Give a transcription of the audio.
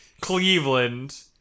Cleveland